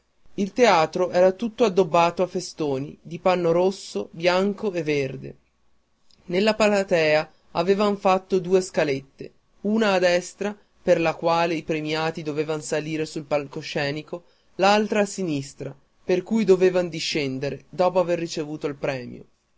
il teatro era tutto addobbato a festoni di panno rosso bianco e verde nella platea avevan fatto due scalette una a destra per la quale i premiati dovevan salire sul palcoscenico l'altra a sinistra per cui dovevan discendere dopo aver ricevuto il premio